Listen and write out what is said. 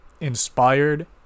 inspired